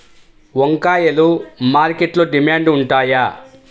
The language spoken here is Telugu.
వంకాయలు మార్కెట్లో డిమాండ్ ఉంటాయా?